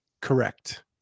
correct